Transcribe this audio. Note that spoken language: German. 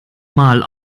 mal